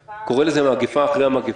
הוא קורא לזה "המגפה אחרי המגפה",